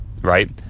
right